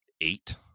eight